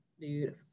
dude